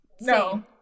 no